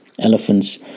Elephants